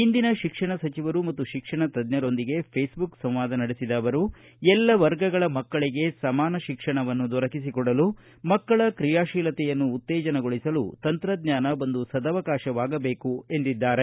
ಹಿಂದಿನ ಶಿಕ್ಷಣ ಸಚಿವರು ಮತ್ತು ಶಿಕ್ಷಣ ತಜ್ಞರೊಂದಿಗೆ ಫೇಸ್ಬುಕ್ ಸಂವಾದ ನಡೆಸಿದ ಅವರು ಎಲ್ಲ ವರ್ಗಗಳ ಮಕ್ಕಳಿಗೆ ಸಮಾನ ಶಿಕ್ಷಣವನ್ನು ದೊರಕಿಸಿಕೊಡಲು ಮಕ್ಕಳ ಕ್ರಿಯಾಶೀಲತೆಯನ್ನು ಉತ್ತೇಜನಗೊಳಿಸಲು ತಂತ್ರಜ್ಞಾನ ಒಂದು ಸದವಕಾಶವಾಗಬೇಕು ಎಂದಿದ್ದಾರೆ